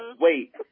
wait